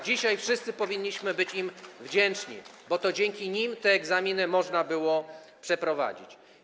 Dzisiaj wszyscy powinniśmy być im wdzięczni, bo to dzięki nim te egzaminy można było przeprowadzić.